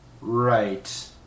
Right